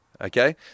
okay